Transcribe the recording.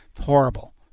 Horrible